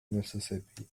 mississippi